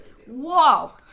Whoa